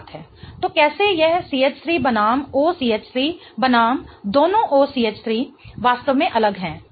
तो कैसे यह CH3 बनाम OCH3 बनाम दोनों OCH3 वास्तव में अलग है सही है